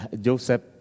Joseph